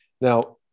Now